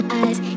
eyes